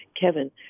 Kevin